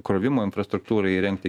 krovimo infrastruktūrai įrengti